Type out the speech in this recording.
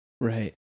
Right